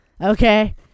Okay